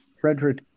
Frederick